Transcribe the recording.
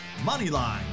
Moneyline